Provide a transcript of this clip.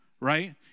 right